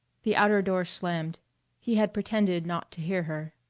the outer door slammed he had pretended not to hear her.